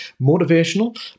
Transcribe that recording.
motivational